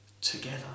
together